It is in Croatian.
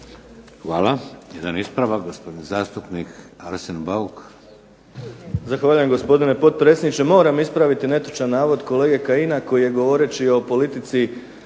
Hvala. Jedan ispravak gospodin zastupnik Arsen Bauk.